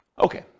Okay